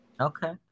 Okay